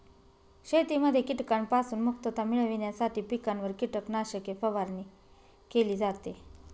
शेतीमध्ये कीटकांपासून मुक्तता मिळविण्यासाठी पिकांवर कीटकनाशके फवारणी केली जाते